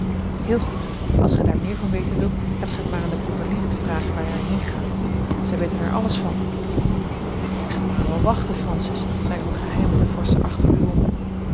heel goed als gij daar meer van weten wilt hebt gij het maar aan de boerenlieden te vragen waar wij heengaan zij weten er alles van ik zal mij wel wachten francis naar uwe geheimen te vorschen achter u om